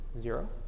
zero